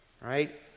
right